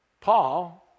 Paul